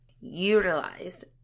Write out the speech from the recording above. utilize